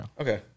Okay